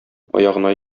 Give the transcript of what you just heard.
аягына